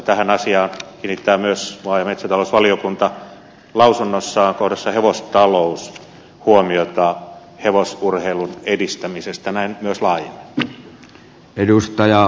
tähän asiaan kiinnittää huomiota myös maa ja metsätalousvaliokunta lausunnossaan kohdassa hevostalous ja hevosurheilun edistämiseen näin myös laajemmin